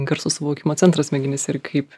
garsų suvokimo centras smegenyse ir kaip